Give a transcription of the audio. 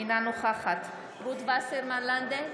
אינה נוכחת רות וסרמן לנדה,